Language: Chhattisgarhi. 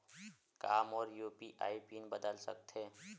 का मोर यू.पी.आई पिन बदल सकथे?